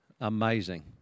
Amazing